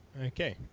Okay